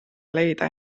leida